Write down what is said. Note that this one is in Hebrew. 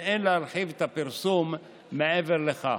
ואין להרחיב את הפרסום מעבר לכך.